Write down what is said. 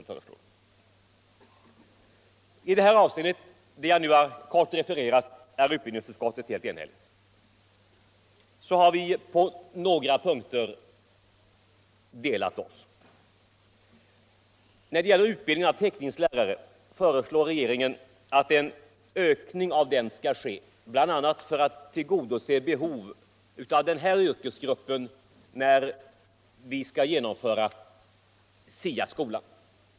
I fråga om de utbildningar som jag här har refererat är utskottet enhälligt. På några andra punkter är vi det inte. Regeringen föreslår att en ökning av utbildningen av teckningslärare skall ske, bl.a. för att tillgodose behov av den här yrkesgruppen när vi skall genomföra SIA skolan.